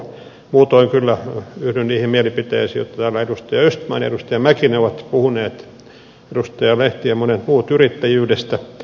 muutoin kyllä yhdyn niihin mielipiteisiin joita täällä edustaja östman ja edustaja mäkinen ovat puhuneet edustaja lehti ja monet muut yrittäjyydestä